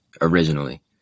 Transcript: originally